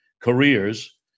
careers